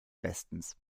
bestens